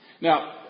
Now